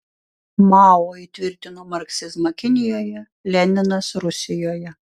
mao įtvirtino marksizmą kinijoje leninas rusijoje